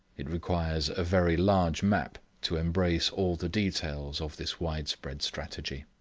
it requires a very large map to embrace all the details of this widespread strategy.